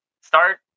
Start